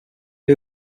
who